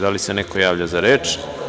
Da li se neko javlja za reč?